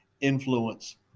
influence